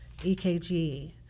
EKG